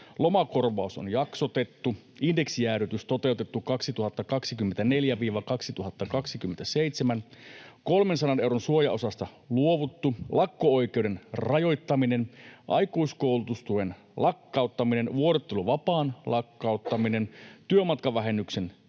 lomakorvaus on jaksotettu, indeksijäädytys on toteutettu 2024—2027, 300 euron suojaosasta on luovuttu, lakko-oikeuden rajoittaminen, aikuiskoulutustuen lakkauttaminen, vuorotteluvapaan lakkauttaminen, työmatkavähennyksen leikkaus,